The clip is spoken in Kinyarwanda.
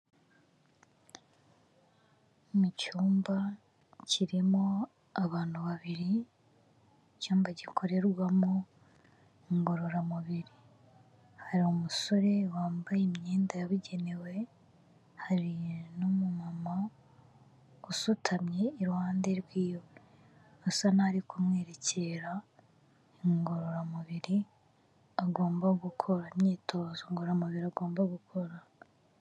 Mu cyumba kirimo abantu babiri icyumba gikorerwamo ingororamubiri hari umusore wambaye imyenda yabugenewe hari n'umumamo usutamye iruhande rw'iyo asa nkaho arikumwerekera ingororamubiri agomba gukora imyitozo ngororamubiri agomba gukora